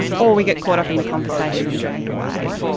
or we get caught up in the conversation and dragged away.